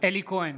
אלי כהן,